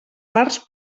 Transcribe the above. parts